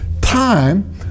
time